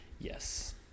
Yes